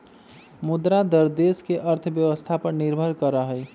मुद्रा दर देश के अर्थव्यवस्था पर निर्भर करा हई